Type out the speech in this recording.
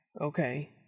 Okay